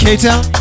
K-Town